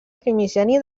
primigeni